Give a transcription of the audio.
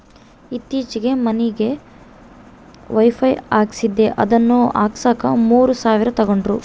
ಈತ್ತೀಚೆಗೆ ಮನಿಗೆ ವೈಫೈ ಹಾಕಿಸ್ದೆ ಅದನ್ನ ಹಾಕ್ಸಕ ಮೂರು ಸಾವಿರ ತಂಗಡ್ರು